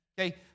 okay